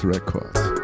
Records